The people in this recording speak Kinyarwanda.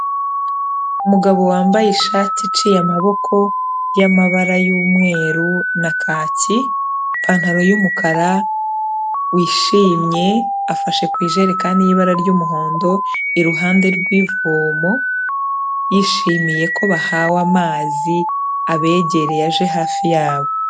Umugabo wambaye ishati iciye amaboko y'amabara y'umweru na kaki, ipantaro y'umukara wishimye, afashe ku ijerekani y'ibara ry'umuhondo iruhande rw'ivomo yishimiye ko bahawe amazi abegereye aje hafi yabo.